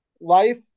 Life